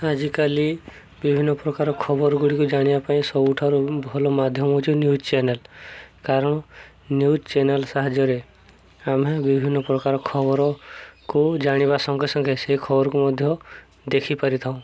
ଆଜିକାଲି ବିଭିନ୍ନ ପ୍ରକାର ଖବର ଗୁଡ଼ିକୁ ଜାଣିବା ପାଇଁ ସବୁଠାରୁ ଭଲ ମାଧ୍ୟମ ହଉଛି ନ୍ୟୁଜ୍ ଚ୍ୟାନେଲ କାରଣ ନ୍ୟୁଜ୍ ଚ୍ୟାନେଲ ସାହାଯ୍ୟରେ ଆମେ ବିଭିନ୍ନ ପ୍ରକାର ଖବରକୁ ଜାଣିବା ସଙ୍ଗେ ସଙ୍ଗେ ସେଇ ଖବରକୁ ମଧ୍ୟ ଦେଖିପାରିଥାଉଁ